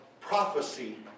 prophecy